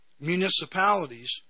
municipalities